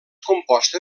composta